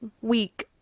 week